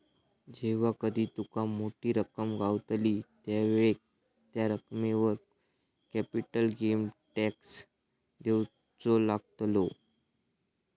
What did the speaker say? जेव्हा कधी तुका मोठी रक्कम गावतली त्यावेळेक त्या रकमेवर कॅपिटल गेन टॅक्स देवचो लागतलो